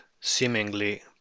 seemingly